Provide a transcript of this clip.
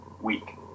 week